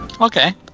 Okay